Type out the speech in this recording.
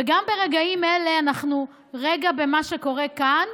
וגם ברגעים אלה אנחנו רגל במה שקורה כאן